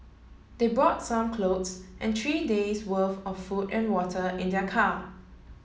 they brought some clothes and three days' worth of food and water in their car